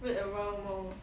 wait a while more